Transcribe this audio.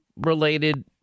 related